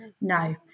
No